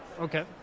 Okay